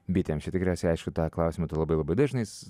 bitėms čia tikriausiai aišku tą klausimą tu labai labai dažnais